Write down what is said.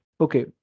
Okay